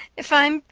if i'm.